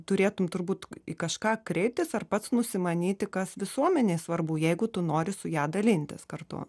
turėtum turbūt į kažką kreiptis ar pats nusimanyti kas visuomenei svarbu jeigu tu nori su ja dalintis kartu